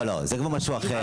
לא, לא, זה כבר משהו אחר.